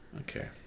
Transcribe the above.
Okay